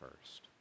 first